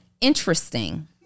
interesting